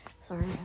Sorry